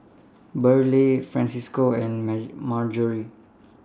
Burleigh Francisco and Marjorie